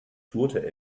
tourte